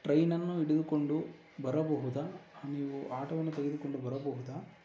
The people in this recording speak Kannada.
ಟ್ರೈನನ್ನು ಹಿಡಿದುಕೊಂಡು ಬರಬಹುದ ನೀವು ಆಟೋವನ್ನು ತೆಗೆದುಕೊಂಡು ಬರಬಹುದ